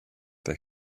they